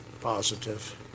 positive